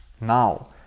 Now